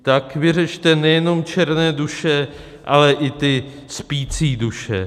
Tak vyřešte nejen černé duše, ale i ty spící duše.